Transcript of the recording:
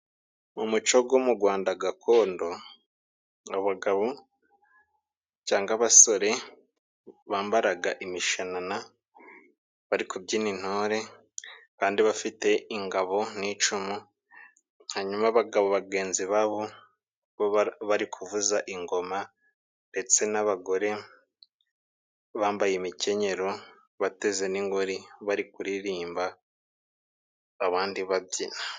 Mu muco go mu Rwanda gakondo abagabo cangwa abasore bambaraga imishanana, bari kubyina intore kandi bafite ingabo n'icumu. Hanyuma abagabo bagenzi babo bari kuvuza ingoma, ndetse n'abagore bambaye imikenyero bateze n'ingori bari kuririmba abandi babyina.